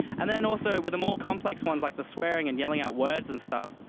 and then also with the more complex ones like the swearing and yelling out words and stuff,